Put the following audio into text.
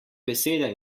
beseda